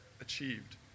achieved